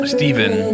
Stephen